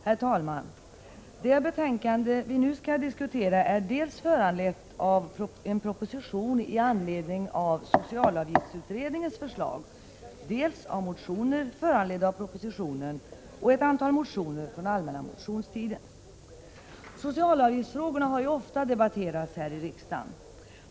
Herr talman! Det betänkande som vi nu skall diskutera är dels föranlett av en proposition med anledning av socialavgiftsutredningens förslag, dels av motioner föranledda av propositionen och ett antal motioner från allmänna motionstiden. Socialavgiftsfrågorna har ofta debatterats här i riksdagen.